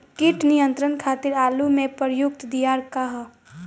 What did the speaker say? कीट नियंत्रण खातिर आलू में प्रयुक्त दियार का ह?